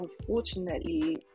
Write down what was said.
unfortunately